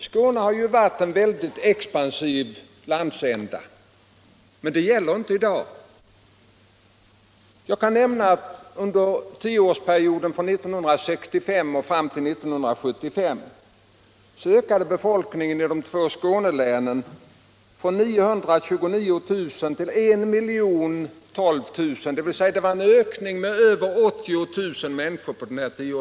Skåne har ju varit en väldigt expansiv landsända, men det gäller inte i dag. Under tioårsperioden 1965-1975 ökade befolkningen i de två Skånelänen från 929 000 till 1012 000 — en ökning med över 80 000 människor.